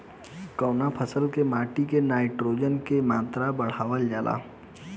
कवना फसल से माटी में नाइट्रोजन के मात्रा बढ़ावल जाला?